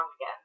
again